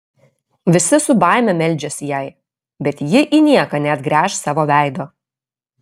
visi su baime meldžiasi jai bet ji į nieką neatgręš savo veido